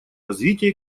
развития